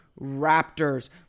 Raptors